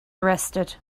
arrested